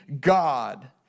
God